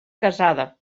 casada